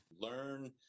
learn